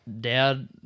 dad